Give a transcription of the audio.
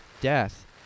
Death